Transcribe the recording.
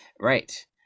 Right